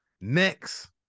Next